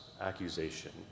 accusation